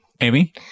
amy